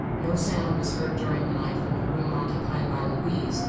no sound was heard during the night from the room occupied by louise,